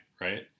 right